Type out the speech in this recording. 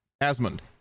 Asmund